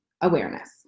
awareness